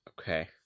Okay